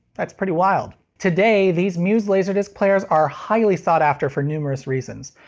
that's pretty wild. today, these muse laserdisc players are highly sought after for numerous reasons.